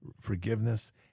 forgiveness